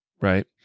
right